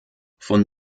von